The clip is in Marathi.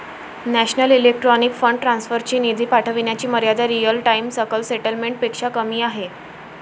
नॅशनल इलेक्ट्रॉनिक फंड ट्रान्सफर ची निधी पाठविण्याची मर्यादा रिअल टाइम सकल सेटलमेंट पेक्षा कमी आहे